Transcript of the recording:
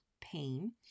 pain